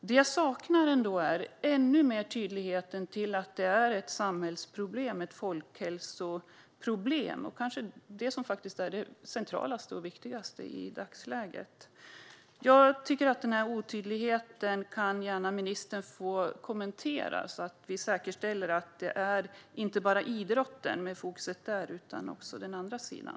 Det jag saknar är ännu mer tydlighet om att det är ett samhällsproblem, ett folkhälsoproblem. Det är det mest centrala och viktigaste i dagsläget. Ministern får gärna kommentera denna otydlighet så att man säkerställer att fokus inte bara gäller idrotten utan även den andra sidan.